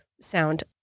sound